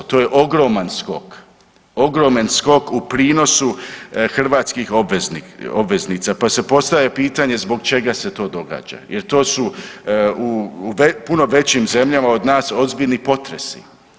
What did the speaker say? To je ogroman skok, ogroman skok u prinosu hrvatskih obveznica, pa se postavlja pitanje zbog čega se to događa jer to su u puno većim zemljama od nas ozbiljni potresi.